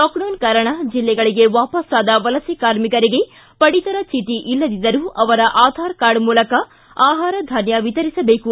lockdown ಕಾರಣ ಜಿಲ್ಲೆಗಳಿಗೆ ವಾಪಸ್ಸಾದ ವಲಸೆ ಕಾರ್ಮಿಕರಿಗೆ ಪಡಿತರ ಚೀಟಿ ಇಲ್ಲದಿದ್ದರೂ ಅವರ ಆಧಾರ್ ಕಾರ್ಡ್ ಮೂಲಕ ಆಹಾರ ಧಾನ್ಯ ವಿತರಿಸಬೇಕು